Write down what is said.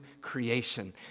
creation